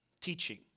Teaching